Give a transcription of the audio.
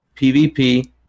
PvP